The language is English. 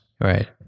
Right